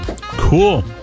cool